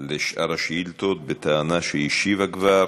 לשאר השאילתות, בטענה שהיא השיבה כבר.